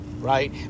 right